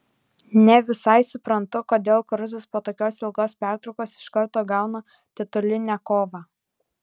ne visai suprantu kodėl kruzas po tokios ilgos pertraukos iš karto gauna titulinę kovą